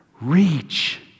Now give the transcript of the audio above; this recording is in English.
reach